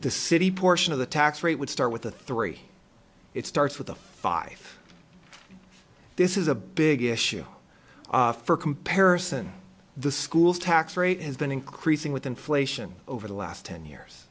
the city portion of the tax rate would start with the three it starts with a five this is a big issue for comparison the school's tax rate has been increasing with inflation over the last ten years